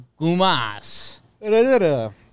Gumas